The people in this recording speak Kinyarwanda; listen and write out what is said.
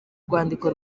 rwandiko